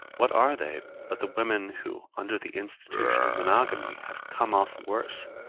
what are they but the women, who, under the institution of monogamy have come off worse?